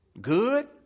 good